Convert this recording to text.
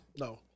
No